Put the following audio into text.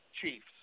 Chiefs